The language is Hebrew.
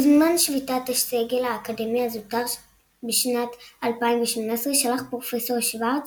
בזמן שביתת הסגל האקדמי הזוטר בשנת 2018 שלח פרופ' שורץ